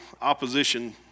opposition